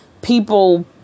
People